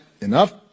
enough